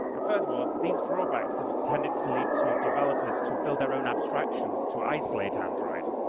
and furthermore, these drawbacks have tended to lead to developers to build their own abstractions to isolate android.